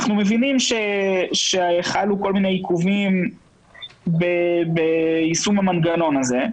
אנחנו מבינים שחלו כל מיני עיכובים ביישום המנגנון הזה,